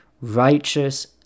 righteous